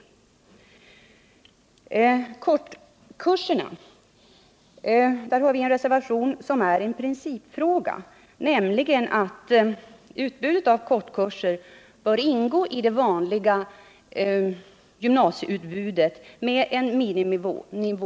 Beträffande kortkurserna har vi en reservation som gäller en principfråga, nämligen att utbudet av kortkurser bör ingå i det vanliga utbildningsutbudet i gymnasieskolan med en miniminivå.